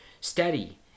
steady